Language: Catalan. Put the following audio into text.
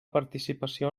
participació